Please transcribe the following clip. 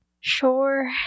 Sure